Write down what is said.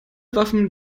waffen